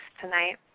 tonight